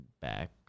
back